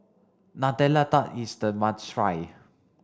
Nutella tart is a must try